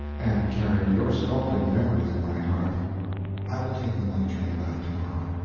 and carried your scalding memories in my heart i will take the night train back to-morrow.